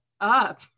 up